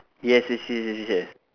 yes yes yes yes yes